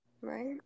Right